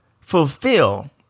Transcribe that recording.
fulfill